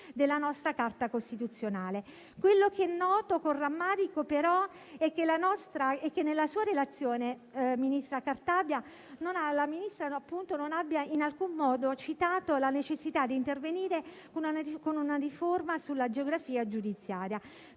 Quello che noto con rammarico, però, è che nella sua relazione, ministra Cartabia, non abbia in alcun modo citato la necessità di intervenire con una riforma della geografia giudiziaria.